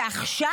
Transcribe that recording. ועכשיו,